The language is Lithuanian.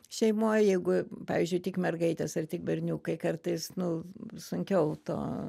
šeimoj jeigu pavyzdžiui tik mergaitės ar tik berniukai kartais nu sunkiau to